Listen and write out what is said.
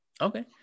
okay